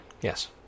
Yes